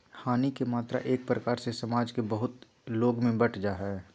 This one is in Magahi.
हानि के मात्रा एक प्रकार से समाज के बहुत लोग में बंट जा हइ